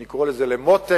אני קורא לזה מו-טק,